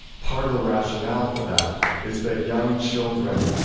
part of the rationale for that is that young children,